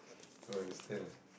don't understand